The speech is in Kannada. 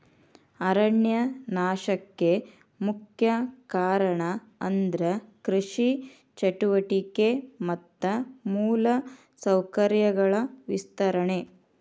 ಅರಣ್ಯ ನಾಶಕ್ಕೆ ಮುಖ್ಯ ಕಾರಣ ಅಂದ್ರ ಕೃಷಿ ಚಟುವಟಿಕೆ ಮತ್ತ ಮೂಲ ಸೌಕರ್ಯಗಳ ವಿಸ್ತರಣೆ